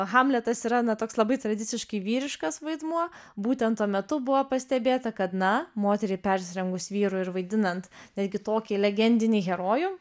hamletas yra na toks labai tradiciškai vyriškas vaidmuo būtent tuo metu buvo pastebėta kad na moteriai persirengus vyru ir vaidinant netgi tokį legendinį herojų